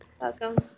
Welcome